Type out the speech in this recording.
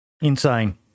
Insane